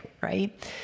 right